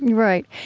right.